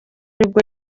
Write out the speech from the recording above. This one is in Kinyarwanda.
nibwo